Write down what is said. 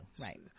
Right